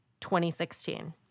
2016